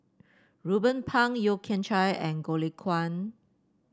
Ruben Pang Yeo Kian Chai and Goh Lay Kuan